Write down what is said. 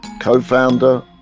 co-founder